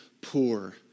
poor